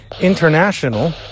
International